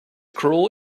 cruel